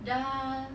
dah